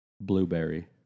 Blueberry